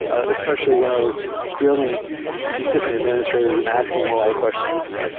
especially when i was gr illing these different administrators and asking them a lot of questions,